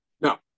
No